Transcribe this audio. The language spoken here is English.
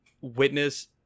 witness